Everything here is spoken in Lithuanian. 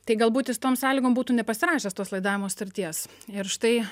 tai galbūt jis tom sąlygom būtų nepasirašęs tos laidavimo sutarties ir štai